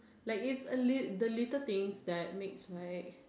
like it's a the little the little things that makes right